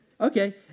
Okay